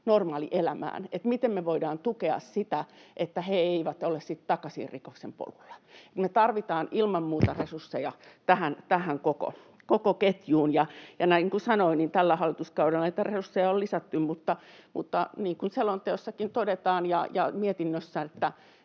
normaalielämään, miten me voidaan tukea sitä, että he eivät ole sitten takaisin rikoksen polulla. Me tarvitaan ilman muuta resursseja tähän koko ketjuun. Niin kuin sanoin, tällä hallituskaudella näitä resursseja on lisätty, mutta niin kuin selonteossakin todetaan ja mietinnössä